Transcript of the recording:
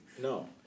No